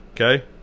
Okay